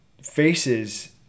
faces